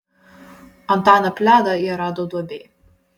antaną pledą jie rado duobėj